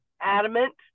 adamant